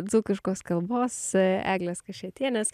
dzūkiškos kalbos eglės kašėtienės